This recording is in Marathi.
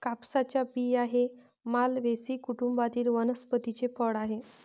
कापसाचे बिया हे मालवेसी कुटुंबातील वनस्पतीचे फळ आहे